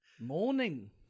Morning